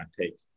take